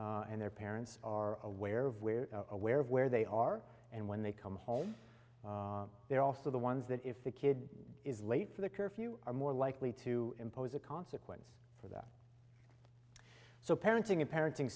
and their parents are aware of where aware of where they are and when they come home they're also the ones that if the kid is late for the curfew are more likely to impose a consequence for that so parenting and parenting